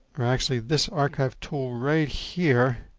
or actually this archive tool right here,